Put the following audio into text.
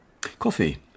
Coffee